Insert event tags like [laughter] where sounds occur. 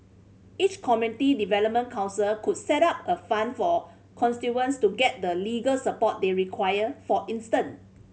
each community development council could set up a fund for [unintelligible] to get the legal support they require for instance